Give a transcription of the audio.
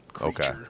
Okay